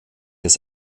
des